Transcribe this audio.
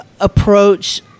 approach –